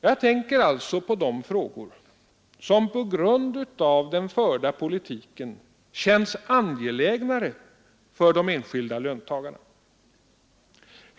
Jag tänker alltså på de frågor som på grund av den förda politiken känns angelägnare för den enskilde löntagaren.